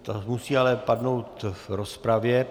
To musí ale padnout v rozpravě.